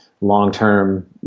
long-term